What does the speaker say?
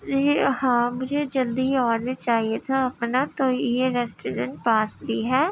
جی ہاں مجھے جلدی آڈر چاہیے تھا اپنا تو یہ ریسٹورنٹ پاس ہی ہے